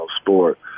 sport